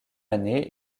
année